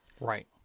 Right